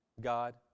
God